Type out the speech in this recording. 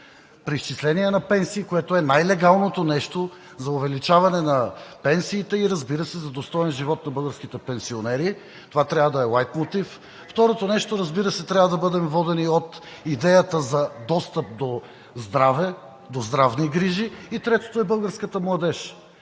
преизчисление на пенсии, което е най-легалното нещо за увеличаване на пенсиите и, разбира се, за достоен живот на българските пенсионери; второто нещо – трябва да бъдем водени от идеята за достъп до здраве, до здравни грижи; и третото е българската младеж.